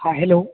हाँ हेलो